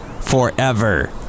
Forever